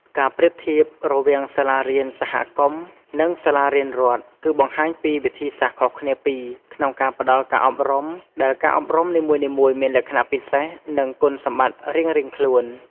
ការប្រៀបធៀបរវាងសាលារៀនសហគមន៍ និងសាលារៀនរដ្ឋ គឺបង្ហាញពីវិធីសាស្ត្រខុសគ្នាពីរ ក្នុងការផ្ដល់ការអប់រំ ដែលការអប់រំនីមួយៗមានលក្ខណៈពិសេស និងគុណសម្បត្តិរៀងៗខ្លួន។